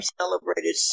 celebrated